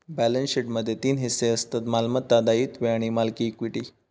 balance शीटमध्ये तीन हिस्से असतत मालमत्ता, दायित्वे आणि मालकी इक्विटी